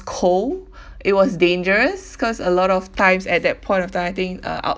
cold it was dangerous cause a lot of times at that point of time I think uh out